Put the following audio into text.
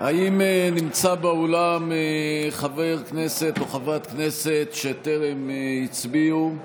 האם נמצא באולם חבר כנסת או חברת כנסת שטרם הצביעו?